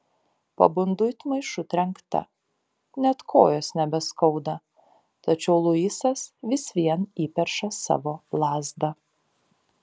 pabundu it maišu trenkta net kojos nebeskauda tačiau luisas vis vien įperša savo lazdą